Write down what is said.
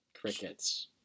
Crickets